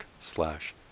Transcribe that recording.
slash